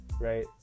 right